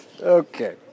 Okay